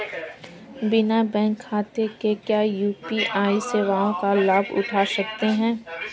बिना बैंक खाते के क्या यू.पी.आई सेवाओं का लाभ उठा सकते हैं?